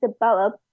develop